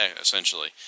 essentially